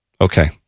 Okay